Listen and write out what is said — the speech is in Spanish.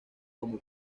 como